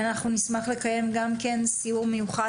אנחנו נשמח לקיים גם כן סיור מיוחד,